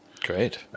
Great